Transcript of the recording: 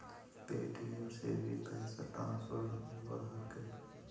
Paytm से भी पैसा ट्रांसफर होवहकै?